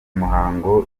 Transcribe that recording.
muhango